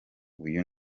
uyu